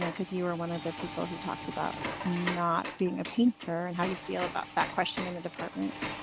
yeah cause you were one of the people who talked about not being a painter and how you feel about that question in the department.